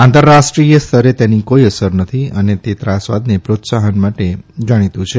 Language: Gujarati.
આંતરરાષ્ટ્રીય સ્તરે તેની કોઇ અસર નથી અને તે ત્રાસવાદને પ્રોત્સાહન માટે જાણીતું છે